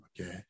okay